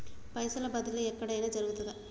పైసల బదిలీ ఎక్కడయిన జరుగుతదా?